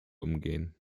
umgehen